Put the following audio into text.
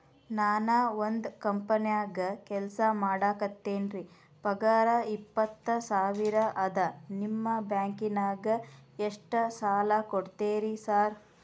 ನಾನ ಒಂದ್ ಕಂಪನ್ಯಾಗ ಕೆಲ್ಸ ಮಾಡಾಕತೇನಿರಿ ಪಗಾರ ಇಪ್ಪತ್ತ ಸಾವಿರ ಅದಾ ನಿಮ್ಮ ಬ್ಯಾಂಕಿನಾಗ ಎಷ್ಟ ಸಾಲ ಕೊಡ್ತೇರಿ ಸಾರ್?